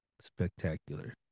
spectacular